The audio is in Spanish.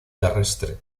terrestre